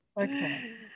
Okay